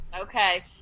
okay